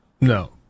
no